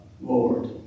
Lord